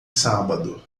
sábado